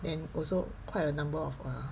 and also quite a number of err